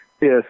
Yes